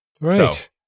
Right